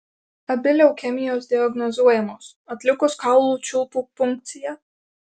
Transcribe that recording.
abi leukemijos diagnozuojamos atlikus kaulų čiulpų punkciją